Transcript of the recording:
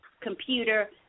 computer